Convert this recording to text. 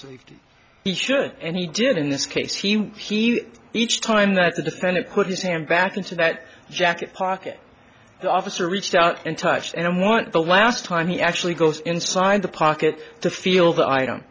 safety he should end he did in this case you see each time that the fennec put his hand back into that jacket pocket the officer reached out and touched and want the last time he actually goes inside the pocket to feel the item